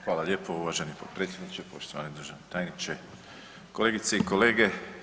Hvala lijepo uvaženi potpredsjedniče, poštovani državni tajniče, kolegice i kolege.